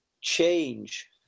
change